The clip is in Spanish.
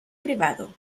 privado